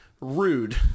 Rude